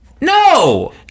No